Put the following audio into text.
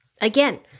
Again